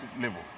level